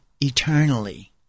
eternally